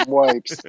wipes